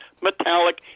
metallic